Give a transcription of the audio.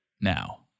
now